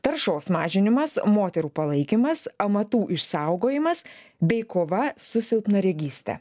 taršos mažinimas moterų palaikymas amatų išsaugojimas bei kova su silpnaregyste